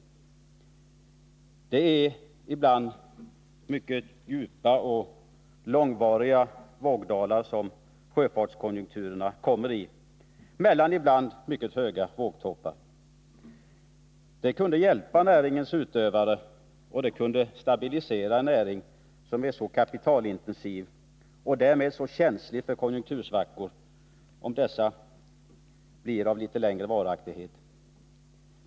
Ibland kommer sjöfartskonjunkturerna i mycket djupa och långvariga vågdalar mellan ibland mycket höga vågtoppar. Det kunde hjälpa näringens utövare, och det kunde stabilisera en näring som är så kapitalintensiv och därmed så känslig för konjunktursvackor, om dessa svackor skulle bli av litet längre varaktighet.